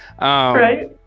Right